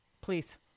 Please